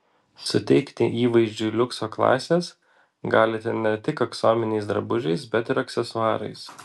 suteikti įvaizdžiui liukso klasės galite ne tik aksominiais drabužiais bet ir aksesuarais